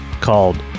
called